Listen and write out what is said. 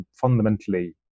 fundamentally